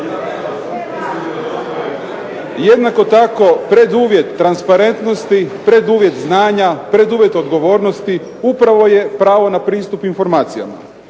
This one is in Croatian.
Jednako tako preduvjet transparentnosti, preduvjet znanja, preduvjet odgovornosti upravo je pravo na pristup informacijama.